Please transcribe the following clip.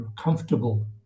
comfortable